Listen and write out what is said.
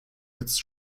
jetzt